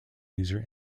user